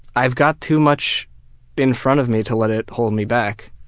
i've got too much in front of me to let it hold me back.